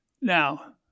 Now